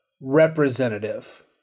representative